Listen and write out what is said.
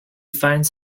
finds